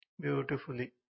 beautifully